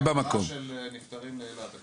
הובלה של נפטרים לאילת.